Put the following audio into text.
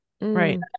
right